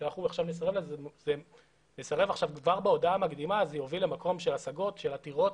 כשאנחנו נסרב כבר בהודעה המקדימה זה יוביל למקום של השגות ושל עתירות,